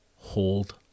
Hold